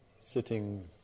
sitting